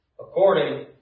According